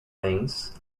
things